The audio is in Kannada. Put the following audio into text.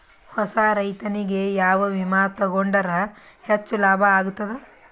ಹೊಸಾ ರೈತನಿಗೆ ಯಾವ ವಿಮಾ ತೊಗೊಂಡರ ಹೆಚ್ಚು ಲಾಭ ಆಗತದ?